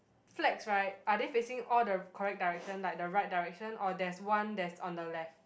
flags right are they facing all the correct direction like the right direction or there's one that's on the left